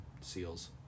seals